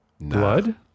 Blood